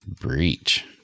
breach